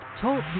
Talk